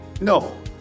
No